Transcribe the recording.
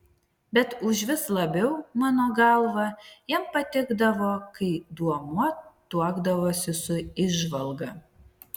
bet užvis labiau mano galva jam patikdavo kai duomuo tuokdavosi su įžvalga